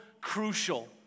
crucial